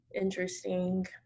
Interesting